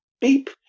beep